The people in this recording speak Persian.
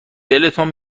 دلتان